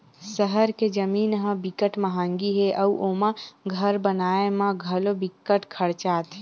सहर के जमीन ह बिकट मंहगी हे अउ ओमा घर बनाए म घलो बिकट खरचा आथे